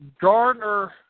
Gardner